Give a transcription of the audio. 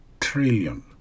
trillion